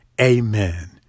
Amen